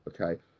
Okay